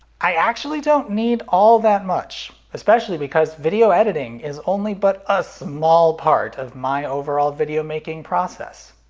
i actually don't need all that much. especially because video editing is only but a small part of my overall video making process.